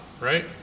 right